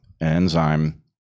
enzyme